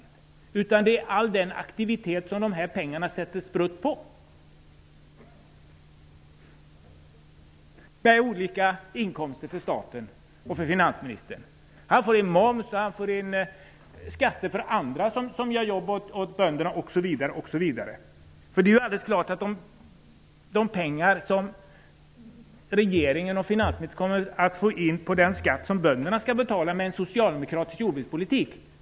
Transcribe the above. Det viktigaste är all den aktivitet som dessa pengar medför. Det blir olika inkomster för staten och finansministern. Han får in moms. Han får in skatter från andra som gör jobb åt bönderna osv. Det är alldeles klart att regeringen och finansministern inte kommer att få in några pengar på den skatt som bönderna skall betala med en socialdemokratisk jordbrukspolitik.